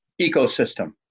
ecosystem